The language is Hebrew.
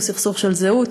הוא סכסוך של זהות,